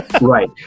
Right